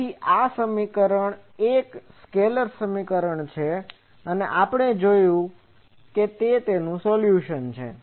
તેથી આ સમીકરણ એક સ્કેલેર સમીકરણ છે અને આપણે જોયું તે સોલ્યુશન છે